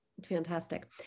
Fantastic